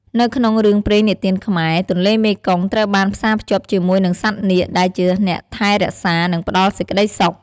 នៅក្នុងរឿងព្រេងនិទានខ្មែរ ទន្លេមេគង្គត្រូវបានផ្សារភ្ជាប់ជាមួយនឹងសត្វនាគ ដែលជាអ្នកថែរក្សា និងផ្ដល់សេចក្ដីសុខ។